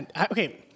Okay